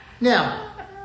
Now